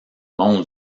mon